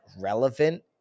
relevant